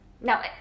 Now